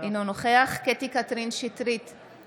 אינו נוכח קטי קטרין שטרית,